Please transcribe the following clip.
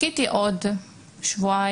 חיכיתי עוד שבועיים,